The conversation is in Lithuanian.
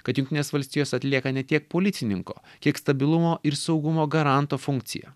kad jungtinės valstijos atlieka ne tiek policininko kiek stabilumo ir saugumo garanto funkciją